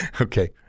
Okay